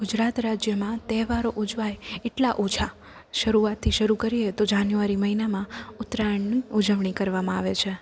ગુજરાત રાજ્યમાં તહેવારો ઉજવાય એટલા ઓછા શરૂઆતથી શરૂ કરીએ તો જાન્યુઆરી મહિનામાં ઉત્તરાયણની ઉજવણી કરવામાં આવે છે